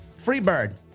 Freebird